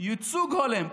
ייצוג הולם.